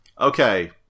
Okay